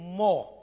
more